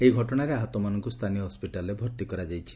ଏହି ଘଟଣାରେ ଆହତମାନଙ୍କୁ ସ୍ଥାନୀୟ ହସିଟାଲ୍ରେ ଭର୍ତି କରାଯାଇଛି